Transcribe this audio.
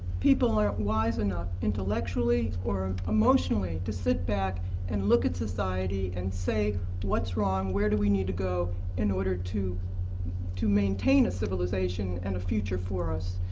people aren't wise enough intellectually or emotionally to sit back and look at society and say what's wrong, where do we need to go in order to to maintain a civilization and a future for us?